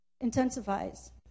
intensifies